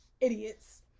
idiots